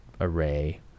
array